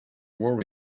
war